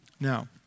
Now